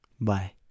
Bye